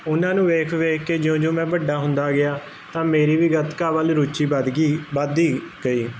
ਉਹਨਾਂ ਨੂੰ ਵੇਖ ਵੇਖ ਕੇ ਜਿਉਂ ਜਿਉਂ ਮੈਂ ਵੱਡਾ ਹੁੰਦਾ ਗਿਆ ਤਾਂ ਮੇਰੀ ਵੀ ਗਤਕਾ ਵੱਲ ਰੁਚੀ ਵਧਗੀ ਵਧਦੀ ਗਈ